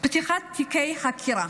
פתיחת תיקי חקירה,